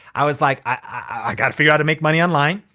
i was like, i gotta figure how to make money online.